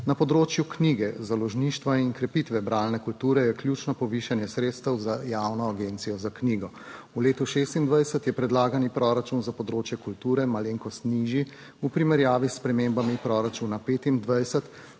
Na področju knjige, založništva in krepitve bralne kulture je ključno povišanje sredstev za javno agencijo za knjigo. V letu 2026 je predlagani proračun za področje kulture malenkost nižji v primerjavi s spremembami proračuna 25.